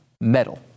Medal